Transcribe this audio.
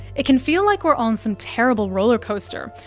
it can feel like we're on some terrible rollercoaster,